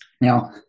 now